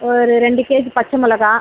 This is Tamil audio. ஒரு ரெண்டு கேஜி பச்சை மிளகாய்